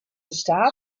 staff